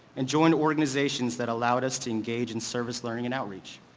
and joined organizations that allowed us to engage in service, learning and outreach.